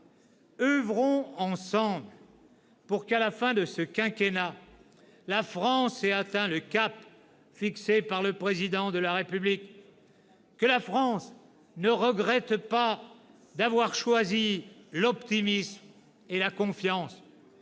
OEuvrons ensemble pour que, à la fin de ce quinquennat, la France ait atteint le cap fixé par le Président de la République. Pour que la France ne regrette pas d'avoir choisi l'optimisme et la confiance